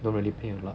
don't really pay a lot